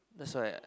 that's why